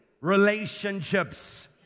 relationships